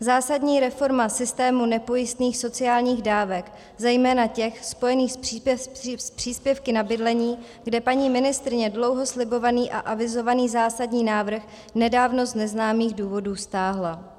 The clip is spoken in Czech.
Zásadní reforma systému nepojistných sociálních dávek, zejména těch spojených s příspěvky na bydlení, kde paní ministryně dlouho slibovaný a avizovaný zásadní návrh nedávno z neznámých důvodů stáhla.